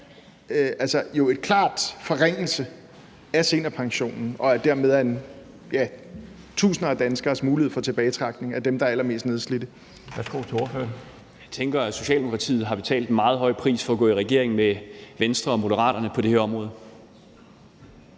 reelt er en klar forringelse af seniorpensionen og dermed af tusinder af danskeres mulighed for tilbagetrækning – dem, der er allermest nedslidte?